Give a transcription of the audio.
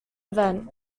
event